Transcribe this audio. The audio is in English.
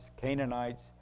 Canaanites